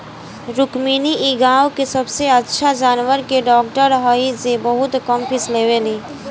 रुक्मिणी इ गाँव के सबसे अच्छा जानवर के डॉक्टर हई जे बहुत कम फीस लेवेली